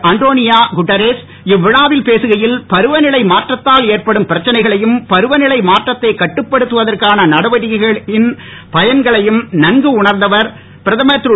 Antonio Guterres இவ்விழாவில் பேசுகையில் பருவநிலை மாற்றத்தால் ஏற்படும் பிரச்சனைகளையும் பருவநிலை மாற்றத்தை கட்டுப்படுத்துவதற்கான நடவடிக்கைகளின் பலன்களையும் நன்கு உணர்ந்தவர் பிரதமர் திரு